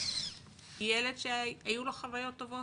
הוא ילד שהיו לו חוויות טובות,